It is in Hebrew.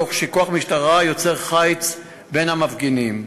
תוך שכוח משטרה יוצר חיץ בין המפגינים.